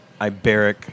Iberic